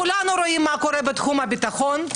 כולנו רואים מה קורה בתחום הביטחון.